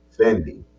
Fendi